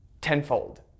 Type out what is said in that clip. tenfold